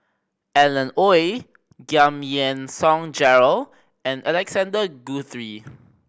Alan Oei Giam Yean Song Gerald and Alexander Guthrie